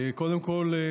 קודם כול,